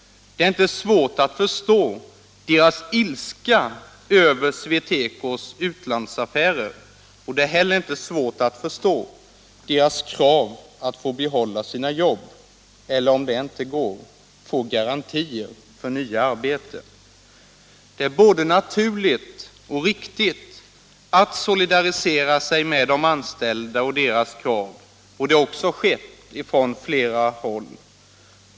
Det är inte svårt att förstå deras ilska över SweTecos utlandsaffärer. Och det är inte heller svårt att förstå deras krav att få behålla sina jobb, eller — om det inte går — få garantier för nya arbeten. Det är både naturligt och riktigt att solidarisera sig med de anställda och deras krav. Det har också skett från flera håll.